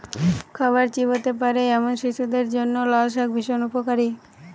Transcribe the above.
খাবার চিবোতে পারে এমন শিশুদের জন্য লালশাক ভীষণ উপকারী